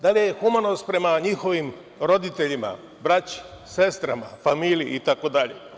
Da li je humanost prema njihovim roditeljima, braći, sestrama, familiji itd?